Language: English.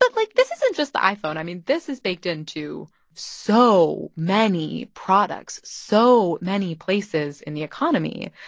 but like, this isn't just the iphone. i mean, this is baked into so many products, so many places in the economy.